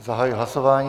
Zahajuji hlasování.